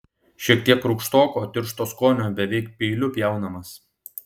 šiek tiek rūgštoko tiršto skonio beveik peiliu pjaunamas